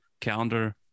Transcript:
calendar